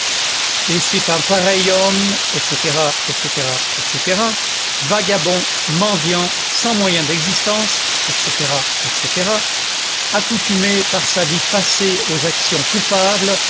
et c'est un pareil homme etc etc etc vagabond mendiant sans moyens d'existence etc etc accoutumé par sa vie passée aux actions coupables